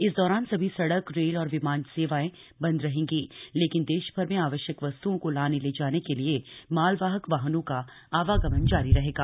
इस दौरान सभी सड़कए रेल और विमान सेवाएं बंद रहेंगीए लेकिन देशभर में आवश्यक वस्तुओं को लाने ले जाने के लिए मालवाहक वाहनों का आवागमन जारी रहेगा